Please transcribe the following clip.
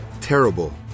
Terrible